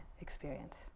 experience